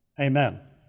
Amen